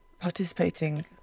participating